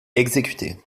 exécuté